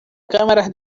cámaras